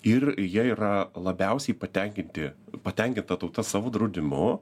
ir jie yra labiausiai patenkinti patenkinta tauta savo draudimu